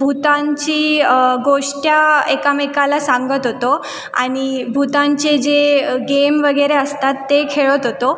भुतांची गोष्टी एकामेकाला सांगत होतो आणि भुतांचे जे गेम वगैरे असतात ते खेळत होतो